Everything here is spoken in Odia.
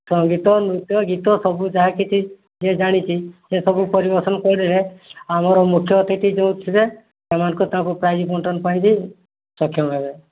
ସଙ୍ଗୀତ ନୃତ୍ୟ ଗୀତ ସବୁ ଯାହା କିଛି ଯିଏ ଜାଣିଛି ସେ ସବୁ ପରିବେଷଣ କରିବେ ଆମର ମୁଖ୍ୟ ଅତିଥି ଯେଉଁ ଥିବେ ସେମାନଙ୍କୁ ତାଙ୍କୁ ପ୍ରାଇଜ୍ ବଣ୍ଟନ ପାଇଁ ବି ସକ୍ଷମ ହେବେ